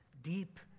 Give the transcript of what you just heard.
deep